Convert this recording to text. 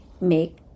make